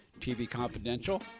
tvconfidential